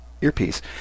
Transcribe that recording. earpiece